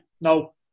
no